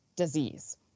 Disease